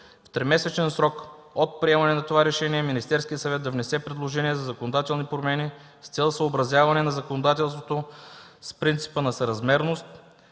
В тримесечен срок от приемане на това решение Министерският съвет да внесе предложение за законодателни промени с цел съобразяване на законодателството с принципа на съразмерност,